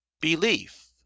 BELIEF